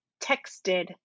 texted